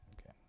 okay